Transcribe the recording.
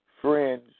friends